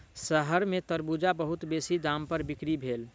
शहर में तरबूज बहुत बेसी दाम पर बिक्री भेल